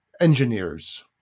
engineers